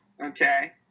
okay